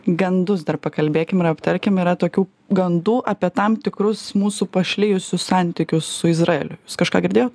gandus dar pakalbėkim ir aptarkim yra tokių gandų apie tam tikrus mūsų pašlijusius santykius su izraeliu kažką girdėjot